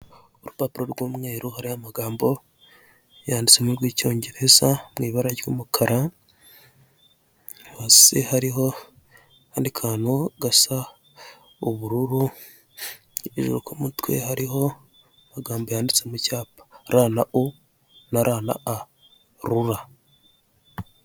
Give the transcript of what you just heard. Urupapuro rw'umweru hariho amagambo yanditsemo rw'icyongereza mu ibara ry'umukara, hasi hariho akandi kantu gasa ubururu, hejuru ku mutwe hari amagambo yanditse mu cyapa: r na u na r na a, rura.